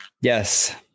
Yes